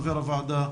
חבר הוועדה,